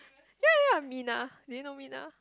ye ye ye Mina do you know Mina